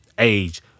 age